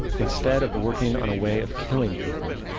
instead of working on a way of killing people,